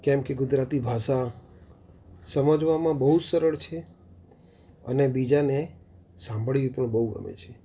કેમકે ગુજરાતી ભાષા સમજવામાં બહુ સરળ છે અને બીજાને સાંભળવી પણ બહુ ગમે છે